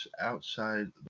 Outside